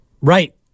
Right